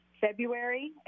February